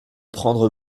prendre